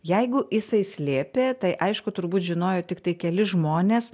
jeigu jisai slėpė tai aišku turbūt žinojo tiktai keli žmonės